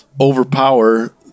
overpower